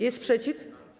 Jest sprzeciw?